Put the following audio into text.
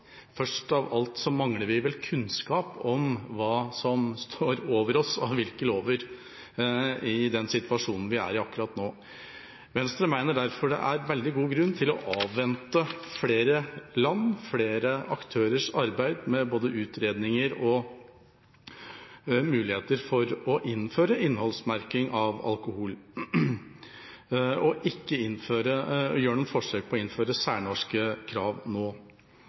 først av alt mangler vi vel kunnskap om hva som står over oss av hvilke lover i den situasjonen vi er i akkurat nå. Venstre mener derfor det er veldig god grunn til å avvente flere land og flere aktørers arbeid med både utredninger og muligheter for å innføre innholdsmerking av alkohol og ikke gjøre noe forsøk på å innføre særnorske krav nå.